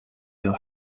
your